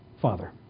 Father